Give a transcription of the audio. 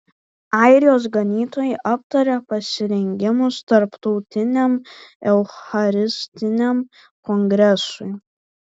airijos ganytojai aptarė pasirengimus tarptautiniam eucharistiniam kongresui